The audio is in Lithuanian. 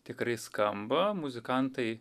tikrai skamba muzikantai